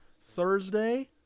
Thursday